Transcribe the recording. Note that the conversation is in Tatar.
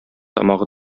тамагы